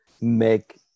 make